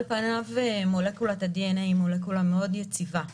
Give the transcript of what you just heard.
על פניו מולקולת הדנ"א היא מולקולה מאוד יציבה.